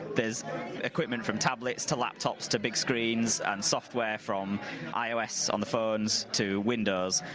there's equipment from tablets to laptops to big screens and software from ios on the phones to windows.